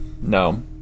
No